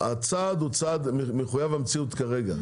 הצעד מחויב המציאות כרגע,